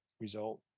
result